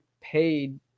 paid